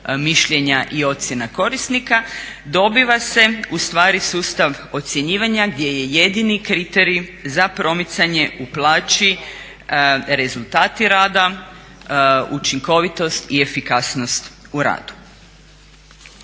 mišljenja i ocjena korisnika dobiva se ustvari sustav ocjenjivanja gdje jedini kriteriji za promicanje u plaći rezultati rada, učinkovitost i efikasnost u radu.